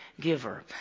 giver